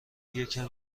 یکم